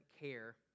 care